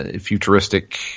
futuristic